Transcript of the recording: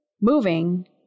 moving